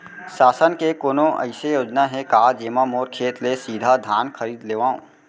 शासन के कोनो अइसे योजना हे का, जेमा मोर खेत ले सीधा धान खरीद लेवय?